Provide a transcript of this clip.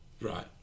Right